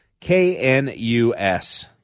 KNUS